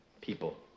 people